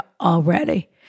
already